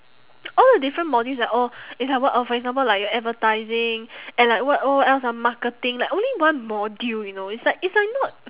all the different modules are all it's like what oh for example like your advertising and like what oh what else ah marketing like only one module you know it's like it's like not